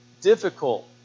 difficult